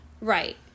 right